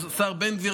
השר בן גביר,